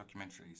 documentaries